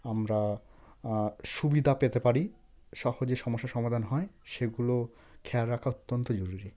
আমরা সুবিধা পেতে পারি সহজে সমস্যার সমাধান হয় সেগুলো খেয়াল রাখা অত্যন্ত জরুরি